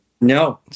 no